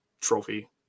trophy